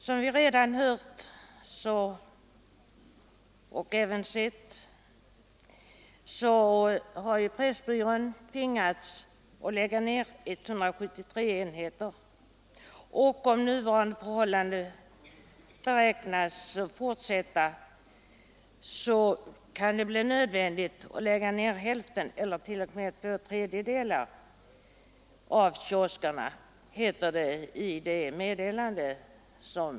Som vi redan hört och sett har Pressbyrån tvingats lägga ned 173 enheter, och om nuvarande utveckling fortsätter beräknas det — enligt uppgifter vi fått — bli nödvändigt att avveckla hälften eller t.o.m. två tredjedelar av kioskerna.